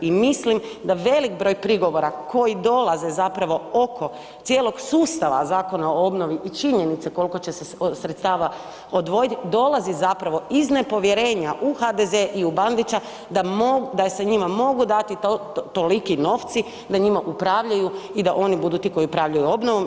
I mislim da velik broj prigovora koji dolaze zapravo oko cijelog sustava Zakona o obnovi i činjenice koliko će se sredstava odvojiti, dolazi zapravo iz nepovjerenja u HDZ i u Bandića da mogu, da se njima mogu dati toliki novci da njima upravljaju i da oni budu ti koji upravljaju obnovom.